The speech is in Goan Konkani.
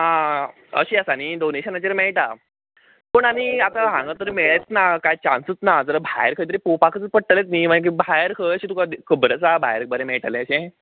आं अशें आसा न्ही डॉनेशनाचेर मेळटा पूण आनी आता हांगां तर मेळ्ळेंच ना कांय चान्सच ना जाल्यार भायर खंय तरी पोवपाकच पडटलें न्ही मागीर भायर खंय तुका खबर आसा भायर खंय बरें मेळटलें अशें